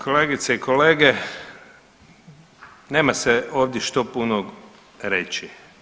Kolegice i kolege, nema se ovdje što puno reći.